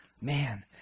Man